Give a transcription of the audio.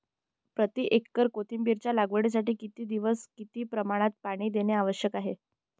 प्रति एकर कोथिंबिरीच्या लागवडीसाठी किती दिवस किती प्रमाणात पाणी देणे आवश्यक आहे?